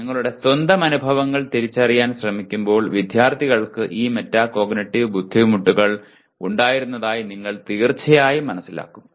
എന്നാൽ നിങ്ങളുടെ സ്വന്തം അനുഭവങ്ങൾ തിരിച്ചറിയാൻ ശ്രമിക്കുമ്പോൾ വിദ്യാർത്ഥികൾക്ക് ഈ മെറ്റാകോഗ്നിറ്റീവ് ബുദ്ധിമുട്ടുകൾ ഉണ്ടായിരുന്നതായി നിങ്ങൾ തീർച്ചയായും മനസ്സിലാക്കും